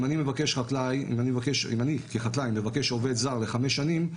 אם אני כחקלאי מבקש עובד זר לחמש שנים,